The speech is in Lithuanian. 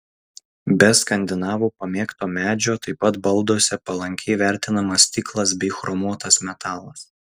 be skandinavų pamėgto medžio taip pat balduose palankiai vertinamas stiklas bei chromuotas metalas